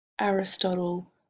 Aristotle